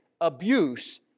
abuse